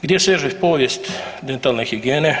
Gdje seže povijest dentalne higijene?